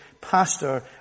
pastor